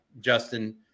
Justin